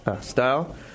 style